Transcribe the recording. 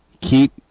keep